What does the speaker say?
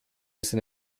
sind